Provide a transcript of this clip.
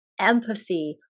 empathy